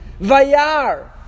Vayar